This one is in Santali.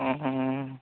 ᱚᱦᱚᱸ